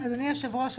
אדוני היושב-ראש,